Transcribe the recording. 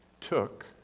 took